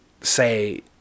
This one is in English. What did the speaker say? say